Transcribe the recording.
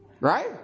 Right